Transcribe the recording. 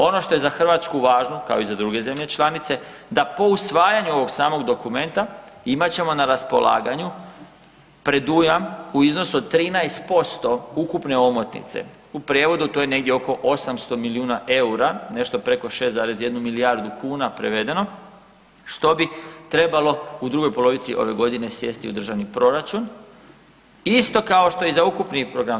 Ono što je za Hrvatsku važno kao i za druge zemlje članice, da po usvajanju ovog samog dokumenta imat ćemo na raspolaganju predujam u iznosu od 13% ukupne omotnice, u prijevodu to je negdje oko 800 milijuna eura nešto preko 6,1 milijardu kuna prevedeno, što bi trebalo u drugoj polovici ove godine sjesti u državni proračun, isto kao što i za ukupni program.